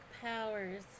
powers